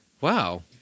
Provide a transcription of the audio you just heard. Wow